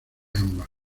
ambas